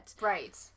Right